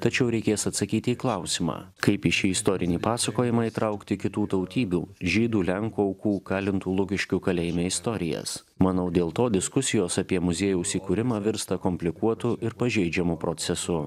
tačiau reikės atsakyti į klausimą kaip į šį istorinį pasakojimą įtraukti kitų tautybių žydų lenkų aukų kalintų lukiškių kalėjime istorijas manau dėl to diskusijos apie muziejaus įkūrimą virsta komplikuotu ir pažeidžiamu procesu